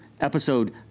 Episode